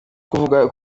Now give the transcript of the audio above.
kuvugwa